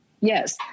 Yes